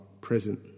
present